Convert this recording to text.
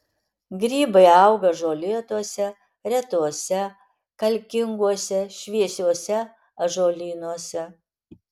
grybai auga žolėtuose retuose kalkinguose šviesiuose ąžuolynuose